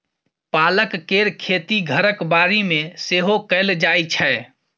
पालक केर खेती घरक बाड़ी मे सेहो कएल जाइ छै